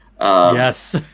Yes